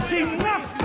enough